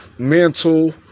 mental